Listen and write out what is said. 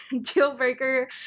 deal-breaker